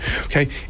Okay